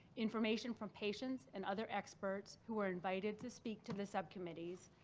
information from patients and other experts who were invited to speak to the subcommittees,